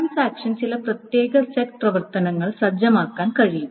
transaction ചില പ്രത്യേക set പ്രവർത്തനങ്ങൾ സജ്ജമാക്കാൻ കഴിയും